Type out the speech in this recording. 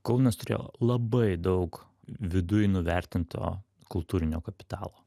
kaunas turėjo labai daug viduj nuvertinto kultūrinio kapitalo